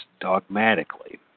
dogmatically